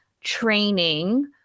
training